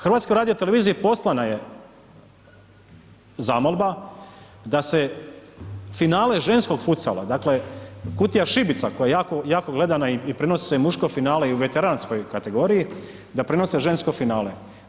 HRT-u poslana je zamolba da se finale ženskog …/nerazumljivo/… dakle Kutija šibica koja je jako gledana i prenosi se i muško finale i u veteranskoj kategoriji, da prenose žensko finale.